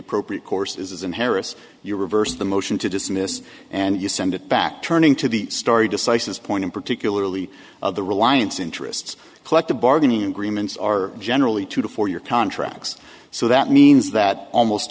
appropriate course is in harris you reverse the motion to dismiss and you send it back turning to the story decisis point and particularly of the reliance interests collective bargaining agreements are generally two to four year contracts so that means that almost